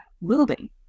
moving